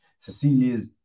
Cecilia's